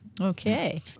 Okay